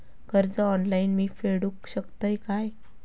कर्ज ऑनलाइन मी फेडूक शकतय काय?